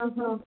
ஹாங்ஹா